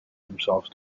themselves